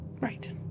Right